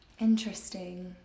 Interesting